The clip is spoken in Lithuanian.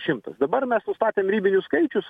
šimtas dabar mes nustatėm ribinius skaičius